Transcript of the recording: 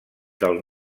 del